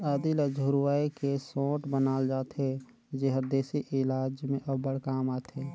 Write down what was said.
आदी ल झुरवाए के सोंठ बनाल जाथे जेहर देसी इलाज में अब्बड़ काम आथे